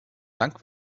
dunk